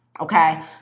Okay